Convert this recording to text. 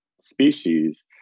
species